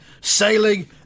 sailing